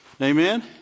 Amen